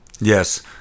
yes